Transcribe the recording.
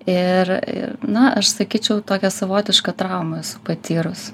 ir na aš sakyčiau tokią savotišką traumą esu patyrus